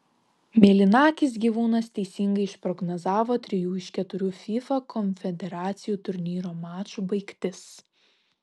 mėlynakis gyvūnas teisingai išprognozavo trijų iš keturių fifa konfederacijų turnyro mačų baigtis